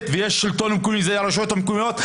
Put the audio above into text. ויש שלטון מקומי שזה הרשויות המקומיות,